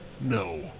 No